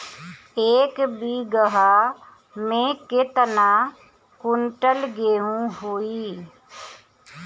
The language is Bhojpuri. एक बीगहा में केतना कुंटल गेहूं होई?